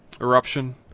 eruption